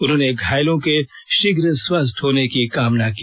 उन्होंने घायलों के शीघ्र स्वस्थ होने की कामना की